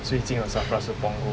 最近的 SAFRA 是 punggol